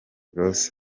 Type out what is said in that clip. los